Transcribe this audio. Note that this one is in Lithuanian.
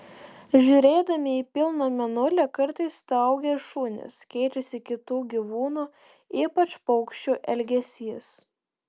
žiūrėdami į pilną mėnulį kartais staugia šunys keičiasi kitų gyvūnų ypač paukščių elgesys